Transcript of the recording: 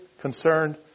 concerned